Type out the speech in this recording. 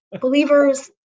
believers